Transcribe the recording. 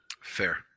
Fair